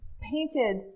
painted